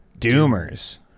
doomers